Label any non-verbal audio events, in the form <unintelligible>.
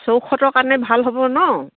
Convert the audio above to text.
<unintelligible> কাৰণে ভাল হ'ব ন